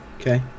Okay